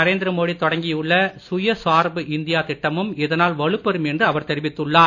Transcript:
நரேந்திர மோடி தொடங்கியுள்ள சுய சார்பு இந்தியா திட்டமும் இதனால் வலுப்பெறும் என்று அவர் தெரிவித்துள்ளார்